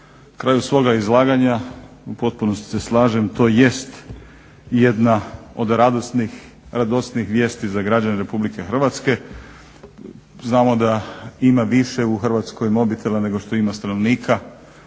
kraju svoga izlaganja u potpunosti se slažem to jest jedna od radosnijih vijesti za građane Republike Hrvatske. Znamo da ima više u Hrvatskoj mobitela nego što ima stanovnika